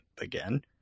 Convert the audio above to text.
again